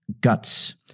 guts